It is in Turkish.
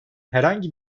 herhangi